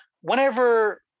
whenever –